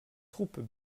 troupes